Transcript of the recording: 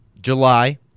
July